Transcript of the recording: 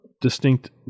distinct